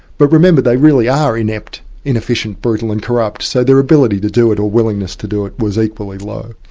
but remember, they really are inept, inefficient, brutal and corrupt, so their ability to do it or willingness to do it, was equally low.